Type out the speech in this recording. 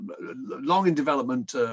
long-in-development